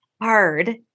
hard